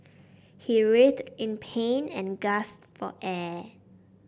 he writhed in pain and gasped for air